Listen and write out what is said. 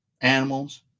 animals